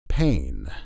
Pain